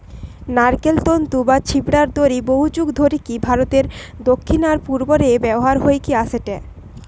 নারকেল তন্তু বা ছিবড়ার দড়ি বহুযুগ ধরিকি ভারতের দক্ষিণ আর পূর্ব রে ব্যবহার হইকি অ্যাসেটে